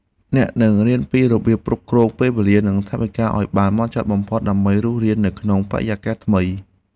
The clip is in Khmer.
អ្នកនឹងរៀនពីរបៀបគ្រប់គ្រងពេលវេលានិងថវិកាឱ្យបានហ្មត់ចត់បំផុតដើម្បីរស់រាននៅក្នុងបរិយាកាសថ្មី។